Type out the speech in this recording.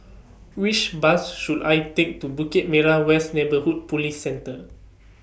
Which Bus should I Take to Bukit Merah West Neighbourhood Police Centre